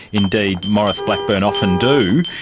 indeed, maurice blackburn often do,